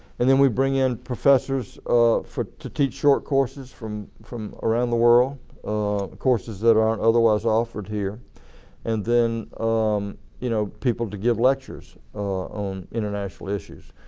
and then we bring in professors um to teach short courses from from around the world courses that aren't otherwise offered here and then um you know people to give lectures on international issues.